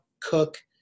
cook